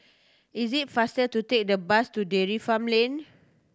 is it faster to take the bus to Dairy Farm Lane